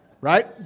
Right